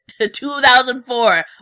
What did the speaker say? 2004